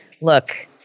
look